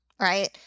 Right